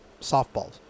softballs